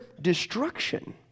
destruction